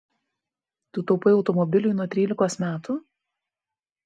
tu taupai automobiliui nuo trylikos metų